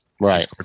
Right